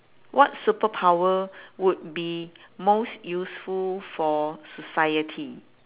what superpower would be most useful for society